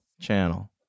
channel